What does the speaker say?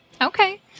Okay